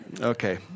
Okay